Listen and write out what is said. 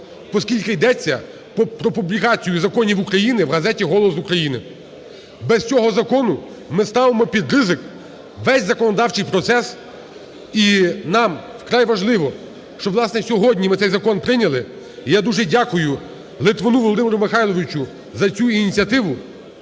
поскільки йдеться про публікацію законів України в газеті "Голос України". Без цього закону ми ставимо під ризик весь законодавчий процес, і нам вкрай важливо, щоб, власне, сьогодні ми цей закон прийняли. Я дуже дякую Литвину Володимиру Михайловичу за цю ініціативу.